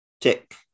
tick